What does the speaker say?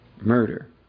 murder